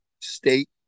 state